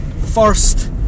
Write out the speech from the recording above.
first